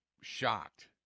shocked